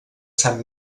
sant